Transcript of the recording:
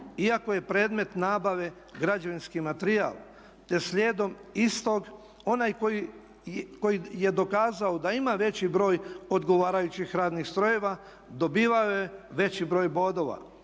iako je predmet nabave građevinski materijal. Te slijedom istog onaj koji je dokazao da ima veći broj odgovarajućih radnih strojeva dobivao je veći broj bodova,